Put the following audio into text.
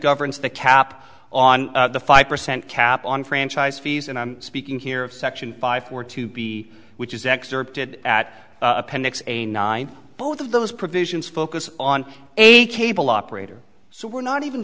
governs the cap on the five percent cap on franchise fees and i'm speaking here of section five four to be which is extra at appendix a nine both of those provisions focus on a cable operator so we're not even